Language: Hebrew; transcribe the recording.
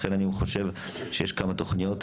לכן אני חושב שיש כמה תוכניות